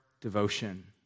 devotion